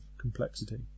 complexity